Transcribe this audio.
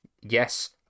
Yes